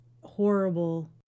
horrible